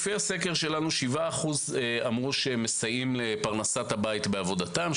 לפי הסקר שלנו 7% אמרו שהם מסייעים לפרנסת הבית בעבודתם.